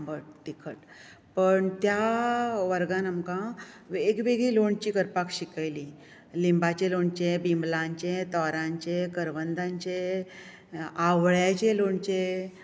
आंबट तिकट पूण त्या वर्गांत आमकां वेग वेगळीं लोणचीं करपाक शिकयलीं लिंबाचें लोणचें बिम्लांचें तोरांचें करवंदांचें आवळ्यांचें लोणचें